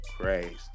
crazy